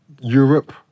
Europe